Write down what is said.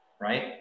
right